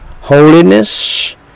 holiness